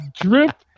drip